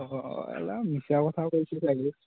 অঁ অঁ এলাক মিছা কথা কৈছে চাগে